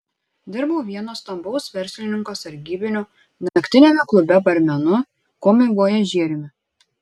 dirbau vieno stambaus verslininko sargybiniu naktiniame klube barmenu komivojažieriumi